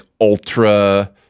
ultra